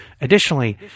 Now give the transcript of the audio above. Additionally